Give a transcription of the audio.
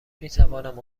میتوانم